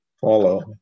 follow